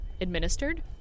Administered